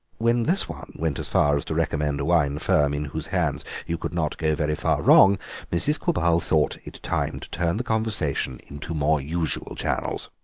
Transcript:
when this one went as far as to recommend a wine firm in whose hands you could not go very far wrong mrs. quabarl thought it time to turn the conversation into more usual channels.